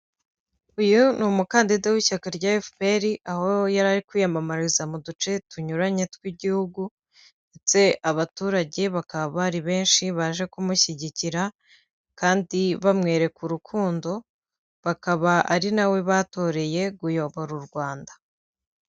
Uyu ni umukandida w'ishyaka rya FPR, aho yari ari kwiyamamariza mu duce tunyuranye tw'igihugu ndetse abaturage bakaba bari benshi baje kumushyigikira kandi bamwereka urukundo, bakaba ari nawe batoreye kuyobora u Rwanda.